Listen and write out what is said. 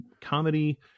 comedy